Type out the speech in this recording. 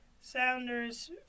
Sounders